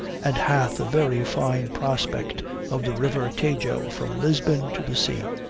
and hath a very fine prospect of the river tajo from lisbon to the sea.